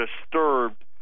disturbed